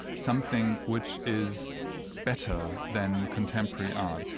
something which is better than contemporary art.